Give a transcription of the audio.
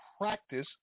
practice